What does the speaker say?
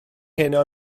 heno